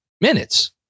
minutes